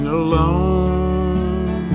alone